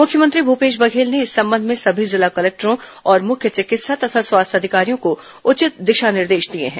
मुख्यमंत्री भूपेश बघेल ने इस संबंध में सभी जिला कलेक्टरों और मुख्य चिकित्सा तथा स्वास्थ्य अधिकारियों को उचित दिशा निर्देश दिए हैं